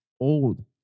old